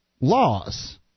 laws